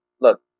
Look